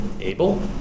Abel